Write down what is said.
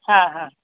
हा हा